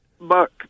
Buck